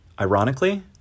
Ironically